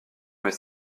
mes